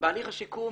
בהליך השיקום,